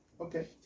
Okay